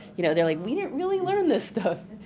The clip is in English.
you know they were like, we didn't really learn this stuff.